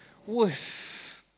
was